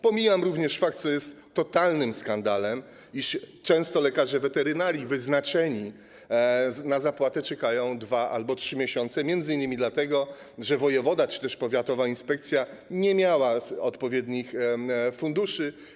Pomijam również fakt, co jest totalnym skandalem, iż często wyznaczeni lekarze weterynarii na zapłatę czekają 2 albo 3 miesiące m.in. dlatego, że wojewoda czy powiatowa inspekcja nie mieli odpowiednich funduszy.